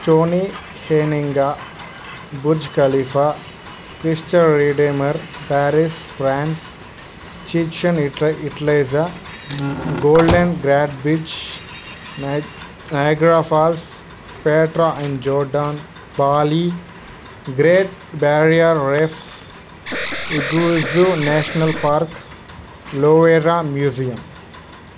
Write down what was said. చోనీ హేనింగ Burj Khalifa Christ Redeemer Paris France చీక్షన్ Italy Golden Gate Bridge Niagara Falls Petra in Jordan Bali Great Barrier Reef Iguazu National Park Louvre museum